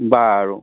বাৰু